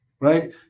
Right